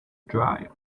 drive